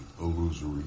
illusory